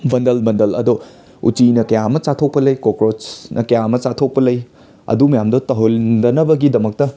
bundle ꯕꯟꯗꯜ ꯑꯗꯣ ꯎꯆꯤꯅ ꯀꯌꯥ ꯑꯃ ꯆꯥꯊꯣꯛꯄ ꯂꯩ ꯀꯣꯀ꯭ꯔꯣꯁꯅ ꯀꯌꯥ ꯑꯃ ꯆꯥꯊꯣꯛꯄ ꯂꯩ ꯑꯗꯨ ꯃꯌꯥꯝꯗꯣ ꯇꯧꯍꯟꯗꯅꯕꯒꯤꯗꯃꯛꯇ